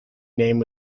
name